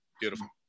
Beautiful